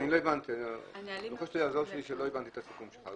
לא הבנתי את הסיכום שלך.